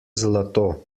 zlato